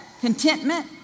contentment